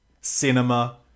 cinema